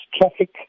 traffic